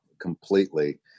completely